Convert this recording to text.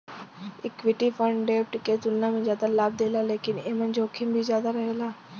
equity fund डेब्ट के तुलना में जादा लाभ देला लेकिन एमन जोखिम भी ज्यादा रहेला